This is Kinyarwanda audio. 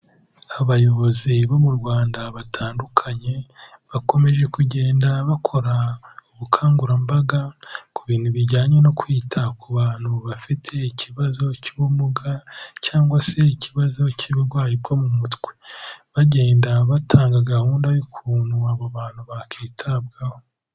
Abayobozi bo mu Rwanda batandukanye, bakomeje kugenda bakora ubukangurambaga ku bintu bijyanye no kwita ku bantu bafite ikibazo cy'ubumuga cyangwa se ikibazo cy'uburwayi bwo mu mutwe, bagenda batanga gahunda y'ukuntu abo bantu bakitabwaho.